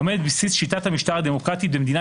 העומדת בבסיס שיטת המשטר הדמוקרטית במדינת